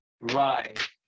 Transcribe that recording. Right